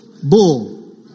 Bull